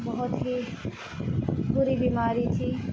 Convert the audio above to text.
بہت ہی بری بیماری تھی